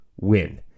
win